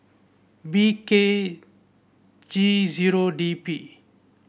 B K G zero D P